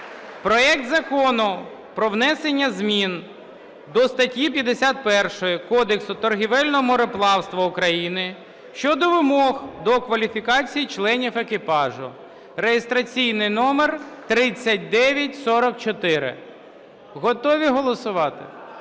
проект Закону про внесення змін до статті 51 Кодексу торговельного мореплавства України щодо вимог до кваліфікації членів екіпажу (реєстраційний номер 3944). Готові голосувати?